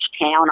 town